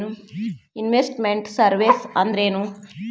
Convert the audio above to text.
Invest made services ಅಂದ್ರೇನು?